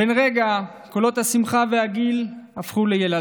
בן רגע הפכו קולות השמחה והגיל ליללה.